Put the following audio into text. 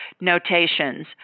notations